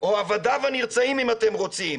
או עבדיו הנרצעים, אם אתם רוצים,